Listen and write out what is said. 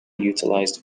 utilized